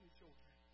children